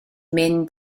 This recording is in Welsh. mynd